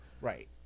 Right